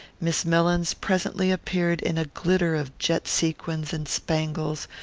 miss mellins presently appeared in a glitter of jet sequins and spangles,